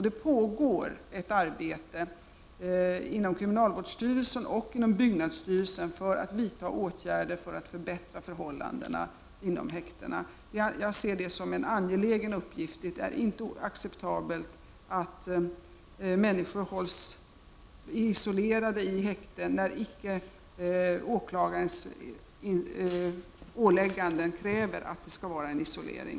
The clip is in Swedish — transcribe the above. Det pågår ett arbete inom kriminalvårdsstyrelsen och inom byggnadsstyrelsen för att vidta åtgärder för att förbättra förhållandena inom häktena. Jag ser det som en angelägen uppgift. Det är helt oacceptabelt att människor hålls isolerade i häkte, när åklagarens ålägganden icke kräver isolering.